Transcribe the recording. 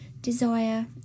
desire